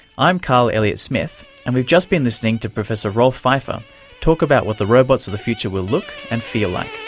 i'm carl elliott smith and we've just been listening to professor rolf pfeifer talk about what the robots of the future will look and feel like.